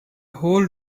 whole